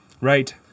Right